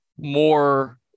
more